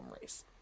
race